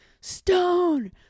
stone